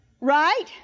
Right